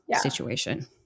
situation